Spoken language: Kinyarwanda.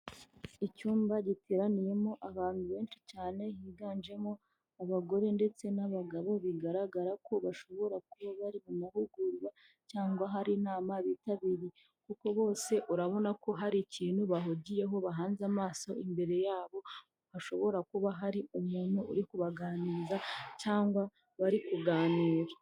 Icyumba giteraniyemo abantu benshi cyane higanjemo abagore ndetse n'abagabo bigaragara ko bashobora kuba bari mu mahugurwa cyangwa hari inama bitabiriye kuko bose urabona ko hari ikintu bahugiyeho bahanze amaso. Imbere yabo hashobora kuba hari umuntu uri kubaganiriza cyangwa bari kuganira.